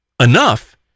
enough